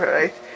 right